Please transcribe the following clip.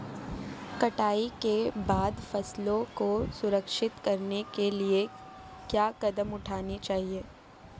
कटाई के बाद फसलों को संरक्षित करने के लिए क्या कदम उठाने चाहिए?